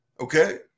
okay